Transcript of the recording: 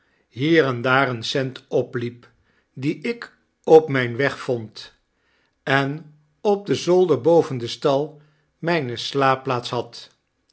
en daar een cent opliep dien ik op myn weg vond en op den zolder boven den stal mijne slaapplaats had